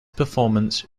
performance